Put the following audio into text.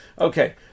Okay